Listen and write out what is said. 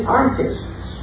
artists